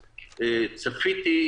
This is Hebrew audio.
צפיתי,